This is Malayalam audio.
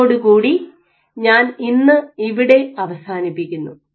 ഇതോടു കൂടി ഞാൻ ഇന്ന് ഇവിടെ അവസാനിപ്പിക്കുന്നു